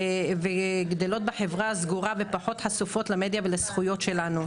שגדלות בחברה הסגורה ופחות חשופות למדיה ולזכויות שלנו.